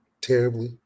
terribly